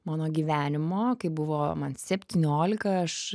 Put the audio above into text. mano gyvenimo kai buvo man septyniolika aš